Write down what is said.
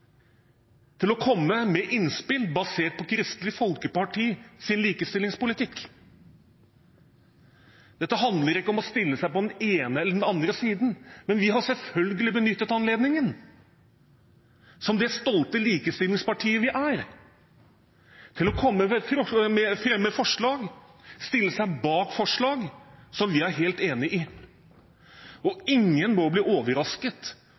til å komme med innspill basert på Kristelig Folkepartis likestillingspolitikk. Dette handler ikke om å stille seg på den ene eller den andre siden, men vi har selvfølgelig benyttet anledningen, som det stolte likestillingspartiet vi er, til å fremme forslag, stille oss bak forslag som vi er helt enig i. Ingen må bli overrasket